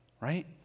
right